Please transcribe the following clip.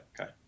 Okay